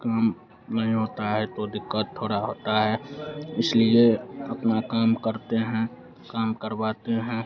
काम नहीं होता है तो दिक़्क़त थोड़ी होती है इसलिए अपना काम करते हैं काम करवाते हैं